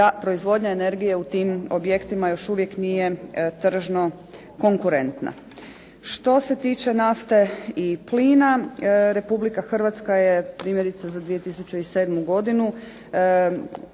da proizvodnja energije u tim objektima još uvijek nije tržno konkurentna. Što se tiče nafte i plina Republika Hrvatska je primjerice za 2007. godinu